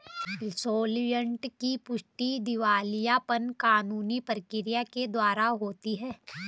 insolvent की पुष्टि दिवालियापन कानूनी प्रक्रिया के द्वारा होती है